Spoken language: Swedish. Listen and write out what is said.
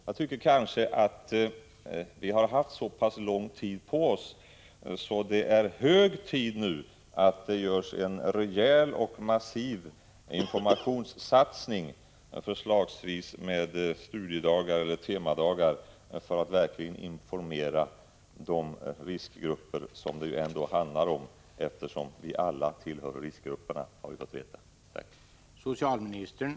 Jag tycker kanske att vi har haft så lång tid på oss att det nu är hög tid att det görs en rejäl och massiv informationssatsning, förslagsvis med studiedagar eller temadagar för att verkligen informera de riskgrupper som det handlar om, eftersom vi alla tillhör riskgrupperna efter vad vi har fått veta.